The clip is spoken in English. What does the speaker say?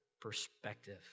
perspective